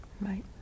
Right